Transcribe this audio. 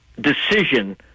decision